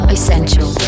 Essential